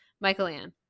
Michael-Ann